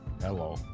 Hello